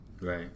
right